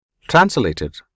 translated